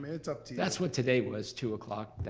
mean it's up to you. that's what today was, two o'clock,